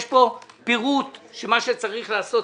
יש פה פירוט של מה שצריך לעשות,